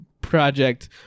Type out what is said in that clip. project